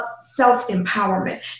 self-empowerment